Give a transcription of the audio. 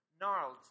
gnarled